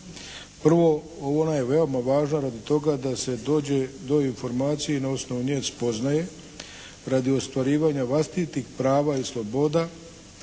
Prvo ona je veoma radi toga da se dođe do informacije i na osnovu nje spoznaje radi ostvarivanja vlastitih prava i sloboda